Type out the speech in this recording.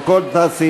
על כל סעיפיו,